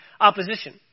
opposition